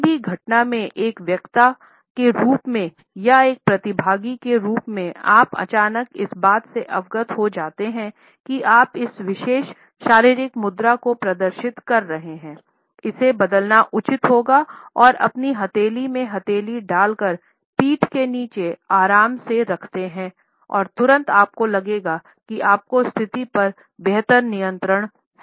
किसी भी घटना में एक वक्ता के रूप में या एक प्रतिभागी के रूप में आप अचानक इस बात से अवगत हो जाते हैं कि आप इस विशेष शारीरिक मुद्रा को प्रदर्शित कर रहे हैं इसे बदलना उचित होगा और अपनी हथेली में हथेली डाल कर पीठ के नीचे आराम से रखते हैं और तुरंत आपको लगेगा कि आपको स्थिति पर बेहतर नियंत्रण हैं